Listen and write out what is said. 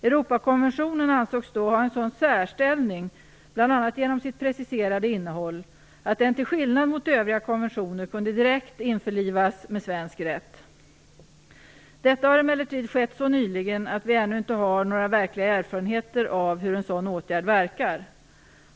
Europakonventionen ansågs då ha en sådan särställning - bl.a. genom sitt preciserade innehåll - att den till skillnad mot övriga konventioner direkt kunde införlivas med svensk rätt. Detta har emellertid skett så nyligen att vi ännu inte har några verkliga erfarenheter av hur en sådan åtgärd verkar.